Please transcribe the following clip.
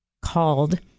called